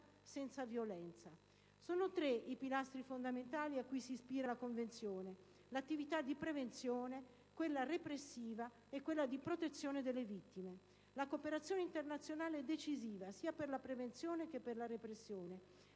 senza violenza. Sono tre i pilastri fondamentali a cui si ispira la Convenzione: l'attività di prevenzione, quella repressiva e quella di protezione delle vittime. La cooperazione internazionale è decisiva sia per la prevenzione che per la repressione.